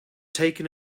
taken